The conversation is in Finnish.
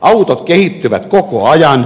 autot kehittyvät koko ajan